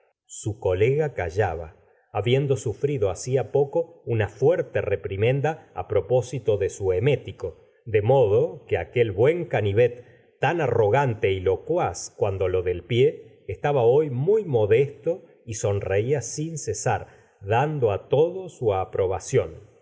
su colega callaba habiendo sufrido hacia poco una fuerte reprimenda á propósito de su emético de modo que aquel buen canivet tan arrogante y locuaz cuando lo del pie estaba hoy muy modesto y sonreía sin cesar dando á todo su aprobación